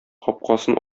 капкасын